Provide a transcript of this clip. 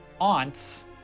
aunts